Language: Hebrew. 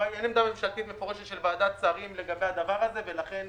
אין עמדה ממשלתית מפורשת של ועדת שרים לגבי זה ולכן